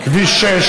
כביש 6,